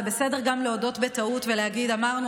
זה בסדר גם להודות בטעות ולהגיד: אמרנו